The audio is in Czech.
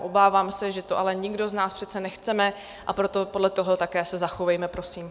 Obávám se, že to ale nikdo z nás přece nechceme, a proto se podle toho také zachovejme, prosím.